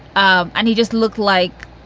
um and he just looked like